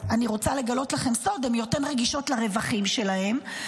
אני רוצה לגלות לכם סוד: הן יותר רגישות לרווחים שלהן.